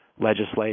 legislation